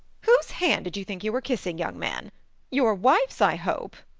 whose hand did you think you were kissing, young man your wife's, i hope?